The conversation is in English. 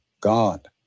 God